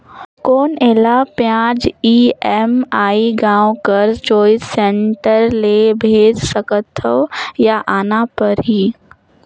कौन एला ब्याज ई.एम.आई गांव कर चॉइस सेंटर ले भेज सकथव या आना परही?